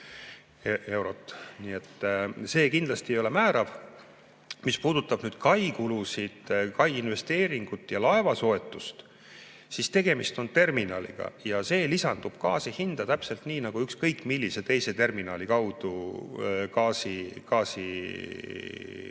see kindlasti ei ole määrav. Mis puudutab kai kulusid, kai investeeringut ja laeva soetust, siis tegemist on terminaliga ja see lisandub gaasi hinda täpselt nii, nagu ükskõik millise teise terminali kaudu gaasi